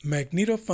Magneto